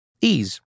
Ease